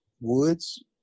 woods